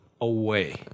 away